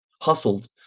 hustled